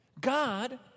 God